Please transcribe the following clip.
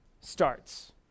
starts